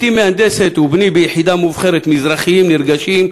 בתי מהנדסת ובני ביחידה מובחרת, מזרחים נרגשים.